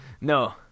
no